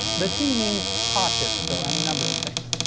the c means caution so any number of things.